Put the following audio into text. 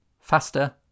Faster